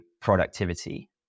productivity